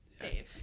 Dave